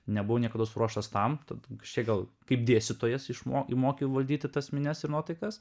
nebuvau niekados ruoštas tam tad kažkiek gal kaip dėstytojas išmo moki valdyti tas minias ir nuotaikas